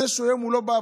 זה שהיום הוא לא בעבודה,